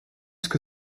que